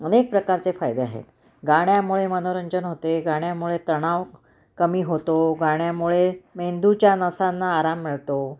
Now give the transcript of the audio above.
अनेक प्रकारचे फायदे आहेत गाण्यामुळे मनोरंजन होते गाण्यामुळे तणाव कमी होतो गाण्यामुळे मेंदूच्या नसांना आराम मिळतो